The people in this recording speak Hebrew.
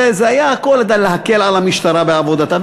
זה היה הכול כדי להקל על המשטרה בעבודתה.